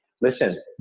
listen